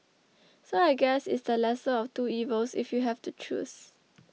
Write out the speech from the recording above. so I guess it's the lesser of two evils if you have to choose